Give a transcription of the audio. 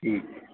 ठीकु